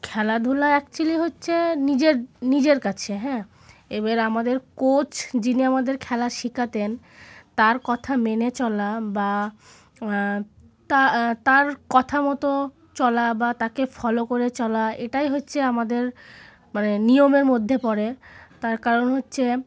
খেলাধুলা অ্যাকচুয়ালি হচ্ছে নিজের নিজের কাছে হ্যাঁ এবার আমাদের কোচ যিনি আমাদের খেলা শেখাতেন তার কথা মেনে চলা বা তা তার কথা মতো চলা বা তাকে ফলো করে চলা এটাই হচ্ছে আমাদের মানে নিয়মের মধ্যে পড়ে তার কারণ হচ্ছে